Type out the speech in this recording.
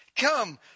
Come